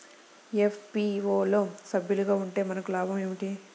FPO లో సభ్యులుగా ఉంటే మనకు లాభం ఏమిటి?